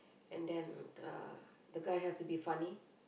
and then the the guy have to funny